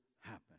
happen